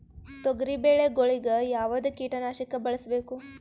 ತೊಗರಿಬೇಳೆ ಗೊಳಿಗ ಯಾವದ ಕೀಟನಾಶಕ ಬಳಸಬೇಕು?